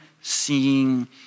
seeing